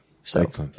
Excellent